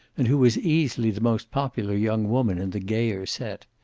and who was easily the most popular young woman in the gayer set.